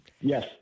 Yes